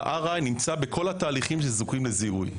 ה-RI נמצא בכל התהליכים שזקוקים לזיהוי.